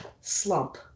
slump